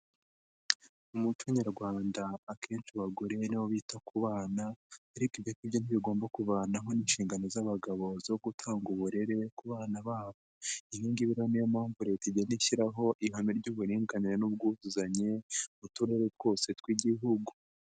Mu muco Nyarwanda akenshi abagore nibo bita ku bana, ariko ibyo ngibyo ntibigomba kuvanaho inshingano z'abagabo zo gutanga uburere ku bana babo, ibi ngibi niyo mpamvu Leta igenda ishyiraho ihame ry'uburinganire n'ubwuzuzanye mu turere twose tw'igihugu.